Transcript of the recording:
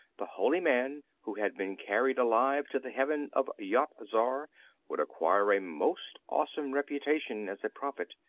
the holy man who had been carried alive to the heaven of yat-zar would acquire a most awesome reputation as a prophet,